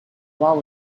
wall